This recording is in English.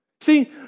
See